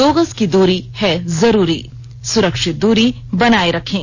दो गज की दूरी है जरूरी सुरक्षित दूरी बनाए रखें